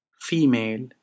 Female